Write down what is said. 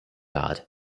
odd